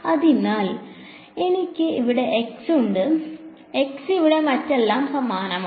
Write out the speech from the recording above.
അതിനാൽ എനിക്ക് ഇവിടെ x ഉണ്ട് x ഇവിടെ മറ്റെല്ലാം സമാനമാണ്